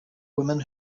women